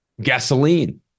gasoline